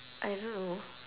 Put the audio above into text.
I don't know